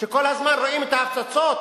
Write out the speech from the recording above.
שכל הזמן רואים את ההפצצות.